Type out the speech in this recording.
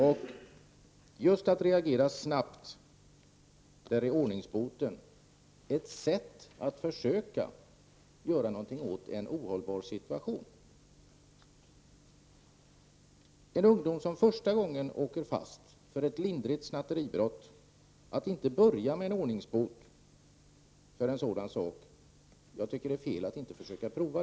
Just när det gäller att reagera snabbt är ordningsboten ett sätt att försöka göra någonting åt en ohållbar situation. Jag tycker att det är fel att inte prova ordningsbot, när en ung person första gången åker fast för ett mindre snatteribrott.